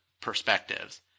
perspectives